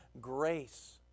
Grace